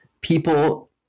people